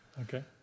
Okay